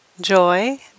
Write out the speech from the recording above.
Joy